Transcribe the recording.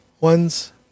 ones